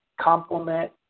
complement